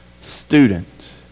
student